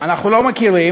אנחנו לא מכירים.